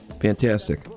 fantastic